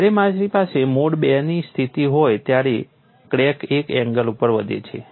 જ્યારે મારી પાસે મોડ II ની સ્થિતિ હોય છે ત્યારે ક્રેક એક એંગલ ઉપર વધે છે